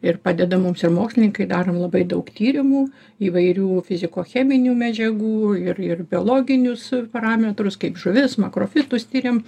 ir padeda mums ir mokslininkai darom labai daug tyrimų įvairių fizikocheminių medžiagų ir ir biologinius parametrus kaip žuvis makrofitus tiriam